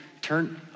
Turn